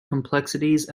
complexities